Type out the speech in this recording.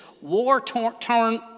war-torn